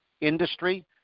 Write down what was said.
industry